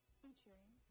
featuring